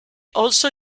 also